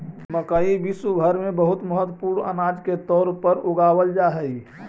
मकई विश्व भर में बहुत महत्वपूर्ण अनाज के तौर पर उगावल जा हई